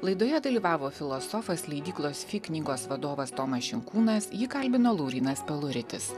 laidoje dalyvavo filosofas leidyklos fy knygos vadovas tomas šinkūnas jį kalbino laurynas peluritis